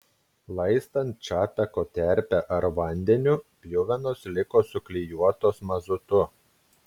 laistant čapeko terpe ar vandeniu pjuvenos liko suklijuotos mazutu